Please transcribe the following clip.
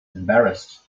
embarrassed